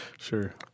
Sure